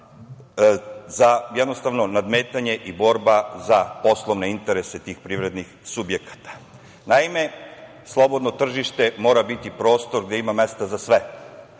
za jednostavno nadmetanje i borba za poslovne interese tih privrednih subjekata. Naime, slobodno tržište mora biti prostor gde ima mesta za sve,